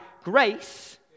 grace